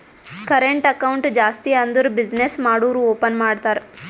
current account ಜಾಸ್ತಿ ಅಂದುರ್ business ಮಾಡೂರು ಓಪನ್ ಮಾಡ್ತಾರ